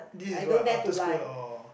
this is what after school or